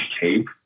tape